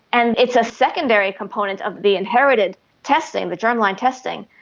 and it's a secondary component of the inherited testing, the germline testing,